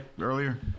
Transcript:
earlier